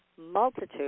multitude